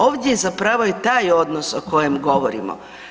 Ovdje je zapravo taj odnos o kojem govorimo.